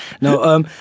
No